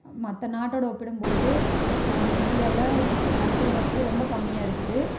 மற்ற நாட்டோட ஒப்பிடும் போது நம்ம இந்தியாவில் மருத்துவ வசதி ரொம்ப கம்மியாக இருக்குது